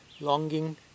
Longing